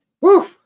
Woo